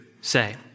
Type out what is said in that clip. say